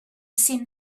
seemed